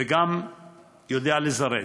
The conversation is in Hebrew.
וגם יודע לזרז.